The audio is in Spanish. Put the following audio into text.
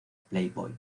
playboy